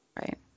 Right